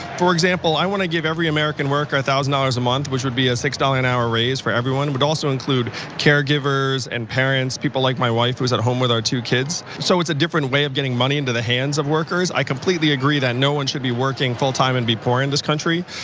for example, i want to give every american worker one thousand dollars a month, which would be a six dollars an hour raise for everyone. it would also include caregivers and parents, people like my wife, who is at home with our two kids. so it's a different way of getting money into the hands of workers. i completely agree that no one should be working full time and be poor in this country.